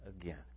again